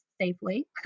safely